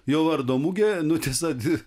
jo vardo mugė nu tiesa